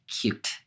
cute